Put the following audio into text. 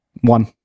One